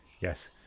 Yes